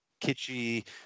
kitschy